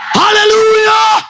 hallelujah